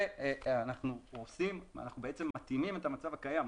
ואנחנו בעצם מתאימים א המצב הקיים.